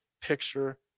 picture